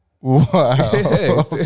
Wow